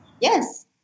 Yes